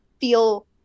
feel